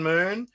Moon